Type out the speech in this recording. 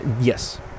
yes